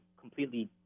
completely